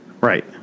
Right